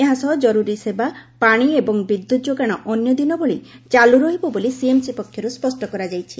ଏହା ସହ ଜରୁରୀ ସେବା ପାଶି ଏବଂ ବିଦ୍ୟୁତ ଯୋଗାଣ ଅନ୍ୟ ଦିନ ଭଳି ଚାଲୁ ରହିବ ବୋଲି ସିଏମସି ପକ୍ଷର୍ ସ୍ୱଷ୍ କରାଯାଇଛି